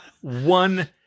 one